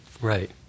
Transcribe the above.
Right